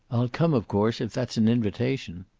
i'll come, of course, if that's an invitation.